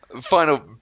final